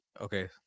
Okay